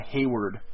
Hayward